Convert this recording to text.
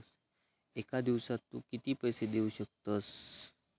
एका दिवसात तू किती पैसे देऊ शकतस?